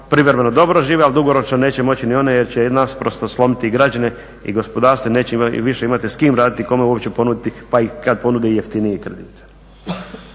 privremeno dobro žive li dugoročno neće moći ni one jer će naprosto slomiti građane i gospodarstvo i neće više imati s kime raditi i kome uopće ponuditi pa i kada ponude jeftinije kredite.